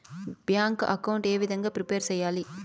Bank account ఏ విధంగా prepare సెయ్యాలి?